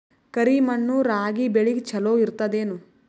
ಕರಿ ಮಣ್ಣು ರಾಗಿ ಬೇಳಿಗ ಚಲೋ ಇರ್ತದ ಏನು?